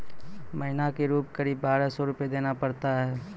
महीना के रूप क़रीब बारह सौ रु देना पड़ता है?